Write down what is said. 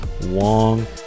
Wong